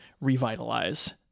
revitalize